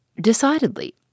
Decidedly